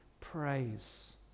praise